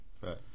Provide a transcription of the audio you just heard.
Right